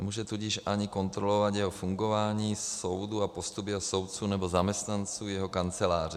Nemůže tudíž ani kontrolovat jeho fungování, soudu, a postup jeho soudců nebo zaměstnanců jeho kanceláře.